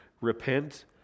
repent